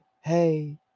hey